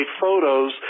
photos